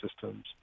systems